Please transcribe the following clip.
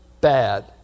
bad